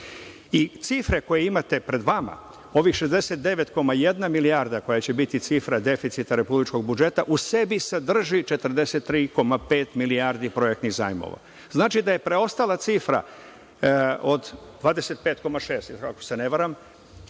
i cifre koje imate pred vama, ovih 69,1 milijarda koja će biti cifra deficita republičkog budžeta u sebi sadrži 43,5 milijardi projektnih zajmova. Znači da je preostala cifra od 25,6, ako se ne varam,